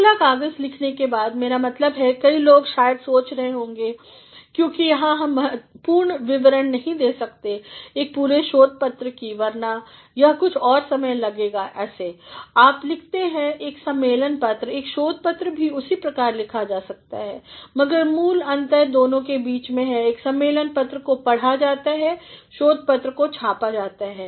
अगला कागज़ लिखने के बाद मेरा मतलब कई लोग शायद सोच रहे होंगे क्योंकि यहाँ हम पूर्ण विवरण नहीं दे सकते एक पूरे शोध पत्र की वरना यह कुछ और समय लेगा जैसे आप लिखते हैं एक सम्मेलन पत्र एक शोध पत्र भी उसी प्रकार लिखा जा सकता है मगर मूल अंतर दोनों के बीच में है एक सम्मेलन पत्र को पढ़ा जाता है शोध पत्र को छापा जाता है